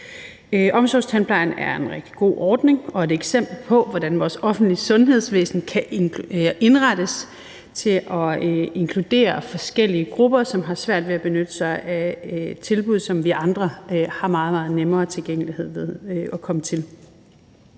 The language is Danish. Omsorgstandplejen er en rigtig god ordning og et eksempel på, hvordan vores offentlige sundhedsvæsen kan indrettes til at inkludere forskellige grupper, som har svært ved at benytte sig af tilbud, som vi andre har meget, meget bedre tilgængelighed til og nemmere